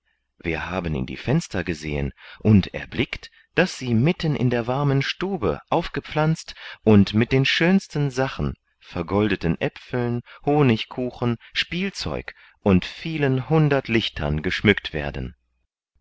wir haben in die fenster gesehen und erblickt daß sie mitten in der warmen stube aufgepflanzt und mit den schönsten sachen vergoldeten äpfeln honigkuchen spielzeug und vielen hundert lichtern geschmückt werden